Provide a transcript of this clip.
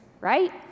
right